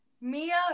Mia